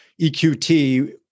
EQT